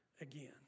again